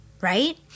right